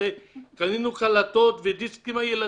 קנינו קלטות ודיסקים הילדים.